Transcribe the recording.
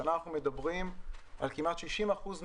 השנה אנחנו מדברים על כמעט 60 אחוזים